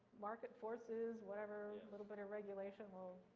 market forces, whatever little bit of regulation will